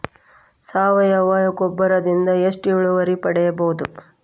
ಸಾವಯವ ಗೊಬ್ಬರದಿಂದ ಎಷ್ಟ ಇಳುವರಿ ಪಡಿಬಹುದ?